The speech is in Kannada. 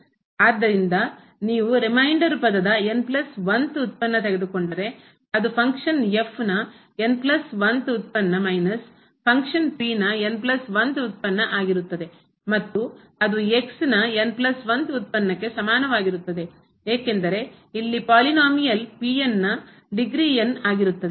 ಆದ್ದರಿಂದ ನೀವು ರಿಮೈಂಡರ್ ಪದದth ಉತ್ಪನ್ನ ತೆಗೆದುಕೊಂಡರೆ ಅದು ಫಂಕ್ಷನ್ ನ th ಉತ್ಪನ್ನ ಮೈನಸ್ ಫಂಕ್ಷನ್ ನ th ಉತ್ಪನ್ನ ಆಗಿರುತ್ತದೆ ಮತ್ತು ಅದು ನ th ಉತ್ಪನ್ನಕೆ ಸಮಾನವಾಗಿರುತ್ತದೆ ಏಕೆಂದರೆ ಇಲ್ಲಿ ಪಾಲಿನೋಮಿಯಲ್ ಬಹುಪದದ ನ ಡಿಗ್ರಿ n ಆಗಿರುತ್ತದೆ